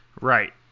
Right